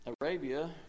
Arabia